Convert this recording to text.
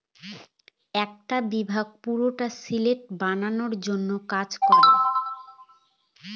একটা বিভাগ পুরোটা সিল্ক বানানোর জন্য কাজ করে